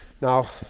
Now